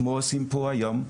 כמו הסיפור היום,